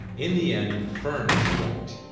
in the end fern was right.